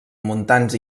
muntants